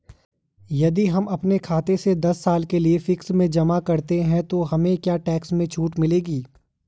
यदि हम अपने खाते से दस साल के लिए फिक्स में जमा करते हैं तो हमें क्या टैक्स में छूट मिलेगी?